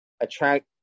attract